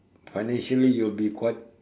financially you will be quite